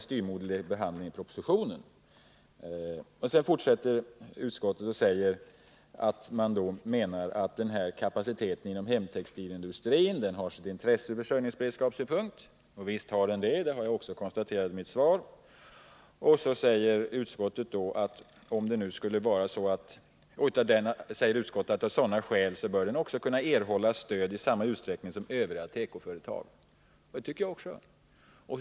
Sedan fortsätter utskottet med att anföra att den kapacitet som hemtextilindustrin innebär har sitt intresse ur försörjningsberedskapssynpunkt. — Och visst har den det, vilket jag också har konstaterat i mitt svar. Vidare säger utskottet att de av sådana skäl också bör kunna erhålla stöd i samma utsträckning som övriga tekoföretag. — Det tycker jag också.